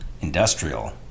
industrial